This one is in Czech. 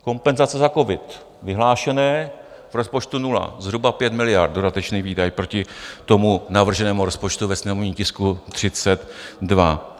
Kompenzace za covid, vyhlášené, v rozpočtu nula, zhruba 5 miliard dodatečný výdaj proti tomu navrženému rozpočtu ve sněmovním tisku 32.